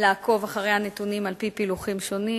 לעקוב אחרי הנתונים על-פי פילוחים שונים,